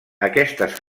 aquestes